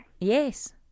Yes